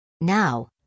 Now